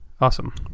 Awesome